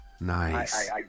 Nice